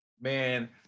Man